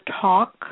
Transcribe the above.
talk